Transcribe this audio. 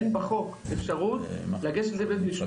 אין בחוק אפשרות לגשת לבית משפט,